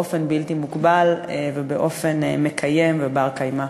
באופן בלתי מוגבל ובאופן מקיים ובר-קיימא.